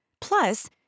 Plus